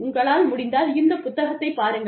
உங்களால் முடிந்தால் இந்த புத்தகத்தை பாருங்கள்